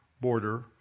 border